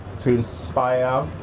to inspire,